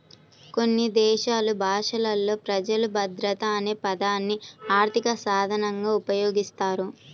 కొన్ని దేశాలు భాషలలో ప్రజలు భద్రత అనే పదాన్ని ఆర్థిక సాధనంగా ఉపయోగిస్తారు